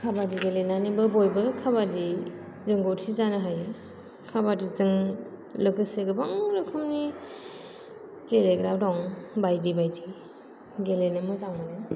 काबादि गेलेनानैबो बयबो काबादि रोंगौथि जानो हायो काबादिजों लोगोसे गोबां रोखोमनि गेलेग्रा दं बायदि बायदि गेलेनो मोजां मोनो